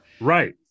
Right